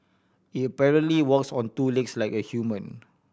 it apparently walks on two legs like a human